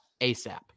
ASAP